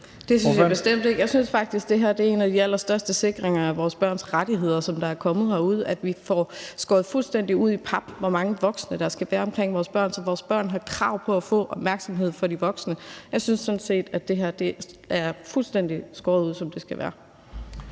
Det synes jeg bestemt ikke. Jeg synes faktisk, at det her er en af de allerstørste sikringer af vores børns rettigheder, som der er kommet derude, nemlig at vi får skåret det fuldstændig ud i pap, hvor mange voksne der skal være omkring vores børn, så vores børn har krav på at få opmærksomhed fra de voksne. Jeg synes sådan set, at det her er skåret ud, fuldstændig som det skal være.